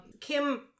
Kim